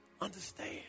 understand